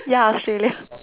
ya Australia